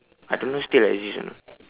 I don't know still exist or not